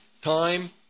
time